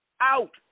out